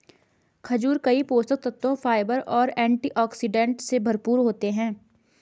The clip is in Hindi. खजूर कई पोषक तत्वों, फाइबर और एंटीऑक्सीडेंट से भरपूर होते हैं